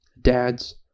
dads